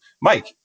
Mike